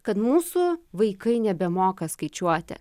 kad mūsų vaikai nebemoka skaičiuoti